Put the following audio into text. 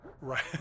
Right